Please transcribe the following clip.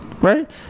right